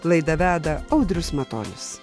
laidą veda audrius matonis